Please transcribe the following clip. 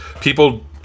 people